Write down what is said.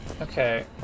Okay